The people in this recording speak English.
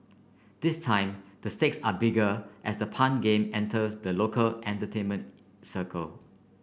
this time the stakes are bigger as the pun game enters the local entertainment circle